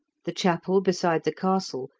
the chapel beside the castle,